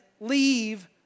leave